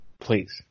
Please